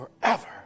forever